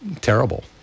terrible